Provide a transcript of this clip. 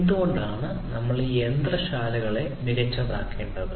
എന്തുകൊണ്ടാണ് നമ്മൾ ഈ യന്ത്രശാലകളെ മികച്ചതാക്കേണ്ടത്